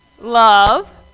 Love